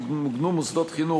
מוגנו מוסדות חינוך.